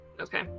Okay